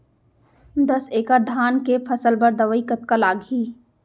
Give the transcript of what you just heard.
दस एकड़ धान के फसल बर दवई कतका लागही?